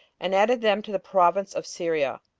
and added them to the province of syria.